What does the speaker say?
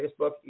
Facebook